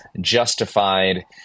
justified